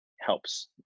helps